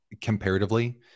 comparatively